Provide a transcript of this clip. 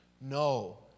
no